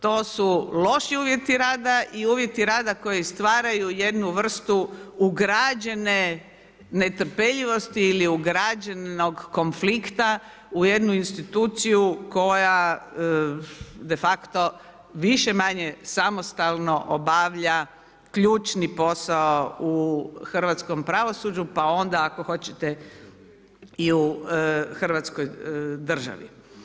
To su loši uvjeti rada i uvjeti rada koji stvaraju jednu vrstu ugrađene netrpeljivosti ili ugrađenog konflikta u jednu instituciju koja de facto više-manje samostalno obavlja ključni posao u hrvatskom pravosuđu, pa onda, ako hoćete i u hrvatskoj državi.